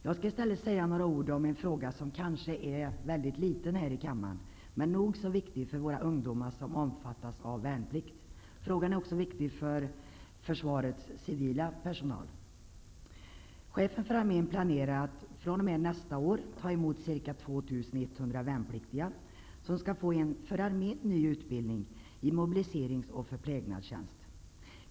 Jag skall i stället säga några ord om en fråga som kanske är mycket liten här i kammaren, men den är nog så viktig för våra ungdomar som omfattas av värnplikt. Frågan är också viktig för försvarets civila personal. Chefen för arme n planerar att fr.o.m. nästa år ta emot ca 2 100 värnpliktiga som skall få en för arme n ny utbildning i mobiliserings och förplägnadstjänst.